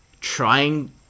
trying